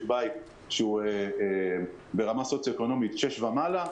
בית שהוא ברמה סוציו-אקונומית 6 ומעלה,